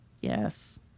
yes